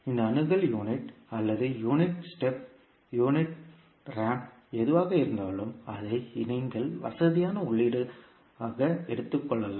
இந்த அணுகல் unit impulse அல்லது யூனிட் ஸ்டெப் யூனிட் வளைவு எதுவாக இருந்தாலும் அதை நீங்கள் வசதியான உள்ளீடாக எடுத்துக் கொள்ளலாம்